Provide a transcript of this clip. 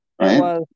right